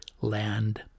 land